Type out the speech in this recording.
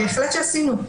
בהחלט עשינו.